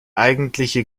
eigentliche